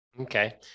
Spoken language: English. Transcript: Okay